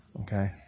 Okay